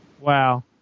Wow